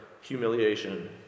humiliation